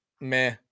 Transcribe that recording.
meh